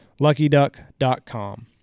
Luckyduck.com